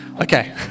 Okay